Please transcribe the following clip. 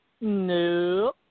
No